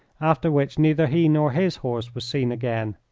after which neither he nor his horse was seen again.